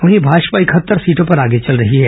वहीं भाजपा इकहत्तर सीटों पर आगे चल रही है